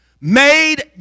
made